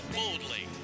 boldly